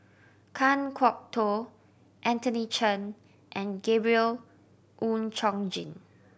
Kan Kwok Toh Anthony Chen and Gabriel Oon Chong Jin